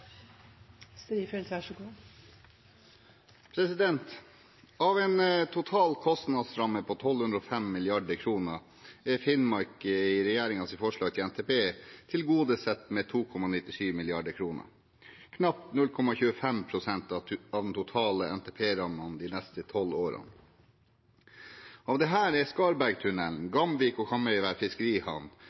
Finnmark i regjeringens forslag til NTP tilgodesett med 2,97 mrd. kr, knapt 0,25 pst. av den totale NTP-rammen de neste tolv årene. Av dette er Skarvbergtunnelen, Gamvik og Kamøyvær fiskerihavn